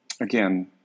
again